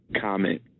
comment